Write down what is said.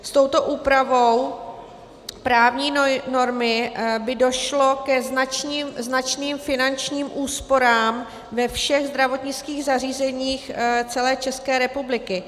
S touto úpravou právní normy by došlo ke značným finančním úsporám ve všech zdravotnických zařízeních celé České republiky.